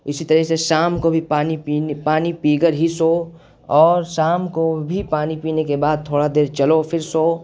اسی طرح سے شام کو بھی پانی پانی پی کر ہی سوؤ اور شام کو بھی پانی پینے کے بعد تھوڑا دیر چلو پھر سوؤ